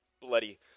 bloody